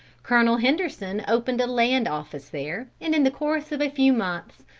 colonel henderson opened a land office there, and in the course of a few months,